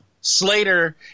Slater